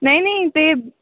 नाही नाही ते